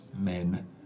men